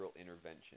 intervention